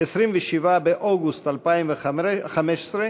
27 באוגוסט 2015,